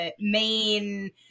main